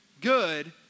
good